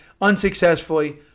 unsuccessfully